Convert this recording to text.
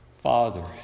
Father